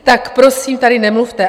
Tak prosím tady nemluvte.